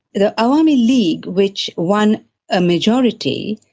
the awami league, which won a majority,